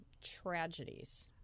tragedies